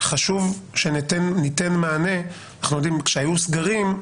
חשוב שניתן מענה כי אנחנו יודעים שכשהיו סגרים,